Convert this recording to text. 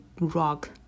rock